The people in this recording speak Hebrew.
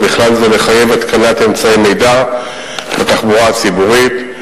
ובכלל זה לחייב התקנת אמצעי מידע בתחבורה הציבורית.